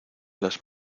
las